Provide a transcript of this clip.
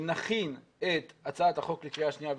- נכין את הצעת החוק לקריאה שנייה ושלישית,